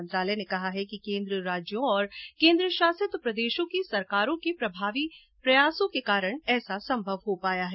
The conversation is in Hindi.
मंत्रालय ने कहा है कि केन्द्र राज्यों और केन्द्र शासित प्रदेशों की सरकारों के प्रभावी प्रयासों के कारण ऐसा संभव हो पाया है